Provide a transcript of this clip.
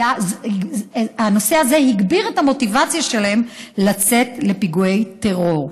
שהנושא הזה הגביר את המוטיבציה שלהם לצאת לפיגועי טרור.